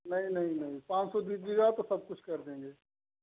नहीं नहीं नहीं पाँच सौ दीजिएगा तो सब कुछ कर देंगे